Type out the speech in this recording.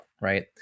Right